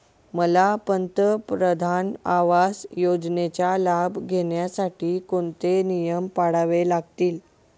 मला पंतप्रधान आवास योजनेचा लाभ घेण्यासाठी कोणते नियम पाळावे लागतील?